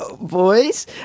boys